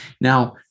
Now